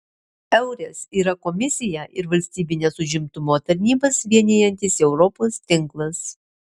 eures yra komisiją ir valstybines užimtumo tarnybas vienijantis europos tinklas